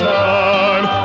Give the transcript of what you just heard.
time